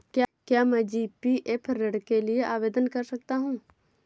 क्या मैं जी.पी.एफ ऋण के लिए आवेदन कर सकता हूँ?